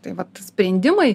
tai vat sprendimai